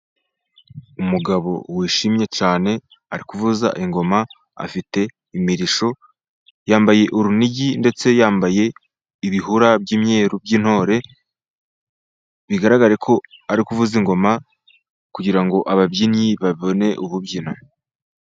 Umugabo wishimye cyane, ari kuvuza ingoma, afite imirishyo, yambaye urunigi ndetse yambaye ibihura by'imyeru by'intore, bigaragare ko ari kuvuza ingoma, kugira ngo ababyinnyi babone ububyina.